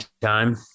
time